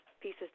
pieces